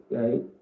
right